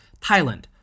Thailand